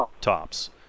tops